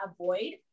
avoid